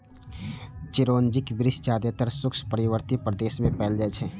चिरौंजीक वृक्ष जादेतर शुष्क पर्वतीय प्रदेश मे पाएल जाइ छै